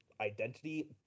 identity